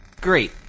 Great